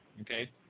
okay